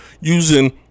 using